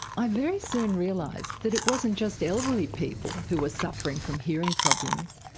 i very soon realised that it wasn't just elderly people who were suffering from hearing problems,